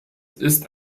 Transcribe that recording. ist